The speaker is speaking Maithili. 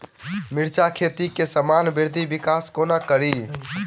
मिर्चा खेती केँ सामान्य वृद्धि विकास कोना करि?